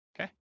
Okay